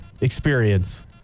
experience